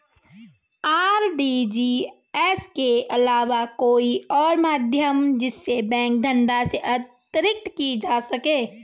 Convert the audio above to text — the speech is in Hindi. आर.टी.जी.एस के अलावा कोई और माध्यम जिससे बैंक धनराशि अंतरित की जा सके?